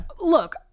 Look